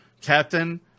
Captain